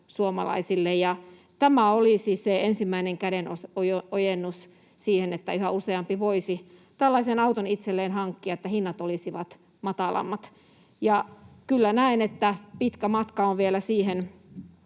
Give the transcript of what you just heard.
suomalaisille. Tämä olisi ensimmäinen kädenojennus siihen, että yhä useampi voisi tällaisen auton itselleen hankkia, jos hinnat olisivat matalammat. Kyllä näen, että pitkä matka on vielä siihen